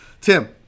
tim